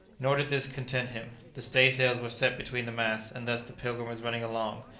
nor did this content him. the stay-sails were set between the masts, and thus the pilgrim was running along,